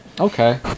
Okay